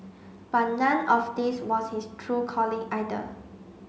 but none of this was his true calling either